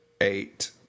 eight